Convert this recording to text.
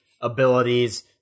abilities